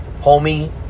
homie